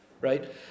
right